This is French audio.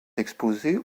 exposé